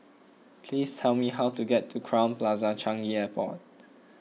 please tell me how to get to Crowne Plaza Changi Airport